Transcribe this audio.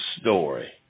story